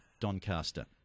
Doncaster